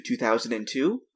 2002